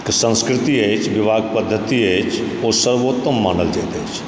के संस्कृति अछि विवाहके पद्धति अछि ओ सर्वोत्तम मानल जाइत अछि